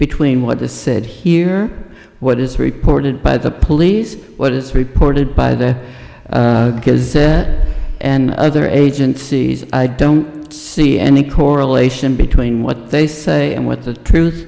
between what the said here what is reported by the police what is reported by the and other agencies i don't see any correlation between what they say and what the truth